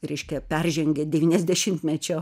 reiškia peržengė devyniasdešimtmečio